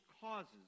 causes